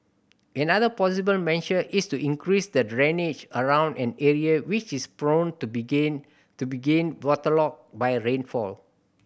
another possible measure is to increase the drainage around an area which is prone to being to being waterlogged by rainfall